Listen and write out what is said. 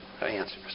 Answers